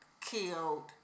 killed